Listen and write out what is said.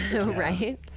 Right